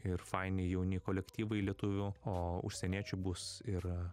ir faini jauni kolektyvai lietuvių o užsieniečių bus ir